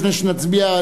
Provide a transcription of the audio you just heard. לפני שנצביע,